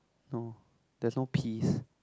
no there's no peas